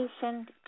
patient